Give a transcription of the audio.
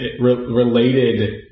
related